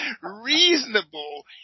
reasonable